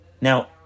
Now